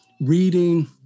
reading